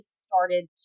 started